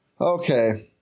Okay